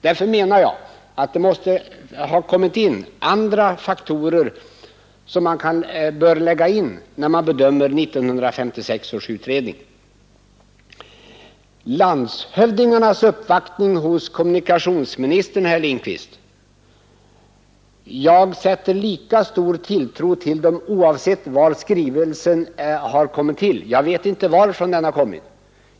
Därför menar jag att det har kommit till andra faktorer, som man bör lägga in när man bedömer 1956 års utredning. Vad landshövdingarnas uppvaktning hos kommunikationsministern beträffar sätter jag, herr Lindkvist, lika stor tilltro till dem oavsett var skrivelsen kommit till. Jag vet inte varifrån den har kommit.